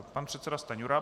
Pan předseda Stanjura.